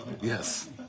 yes